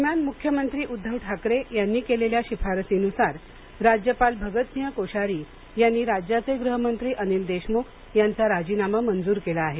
दरम्यान मुख्यमंत्री उद्दव ठाकरे यांनी केलेल्या शिफारसीनुसार राज्यपाल भगतसिंह कोश्यारी यांनी राज्याचे गृहमंत्री अनिल देशमुख यांचा राजीनामा मंजूर केला आहे